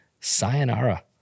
sayonara